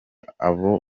abo